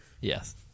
Yes